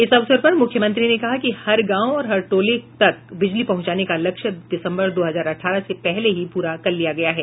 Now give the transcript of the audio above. इस अवसर पर मुख्यमंत्री ने कहा कि हर गांव और टोले तक बिजली पहंचाने का लक्ष्य दिसंबर दो हजार अठारह से पहले ही पुरा कर लिया गया है